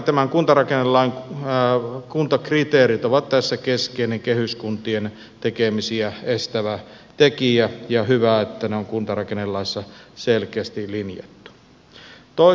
tämän kuntarakennelain kuntakriteerit ovat tässä keskeinen kehyskuntien tekemisiä estävä tekijä ja hyvä että ne on kuntarakennelaissa selkeästi linjattu